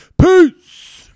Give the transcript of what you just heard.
Peace